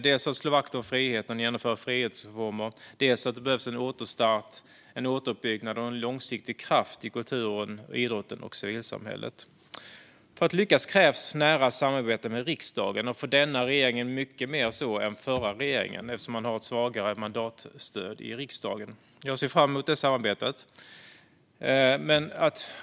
Hon ska dels slå vakt om friheten och genomföra frihetsreformer, dels se till att det blir en återstart, återuppbyggnad och en långsiktig kraft inom kultur, idrott och civilsamhälle. För att lyckas krävs nära samarbete med riksdagen, för denna regering mycket mer så än för den förra regeringen eftersom man har ett svagare mandatstöd i riksdagen. Jag ser fram emot samarbetet.